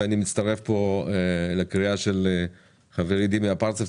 ואני מצטרף פה לקריאה של חברי דימה אפרצב,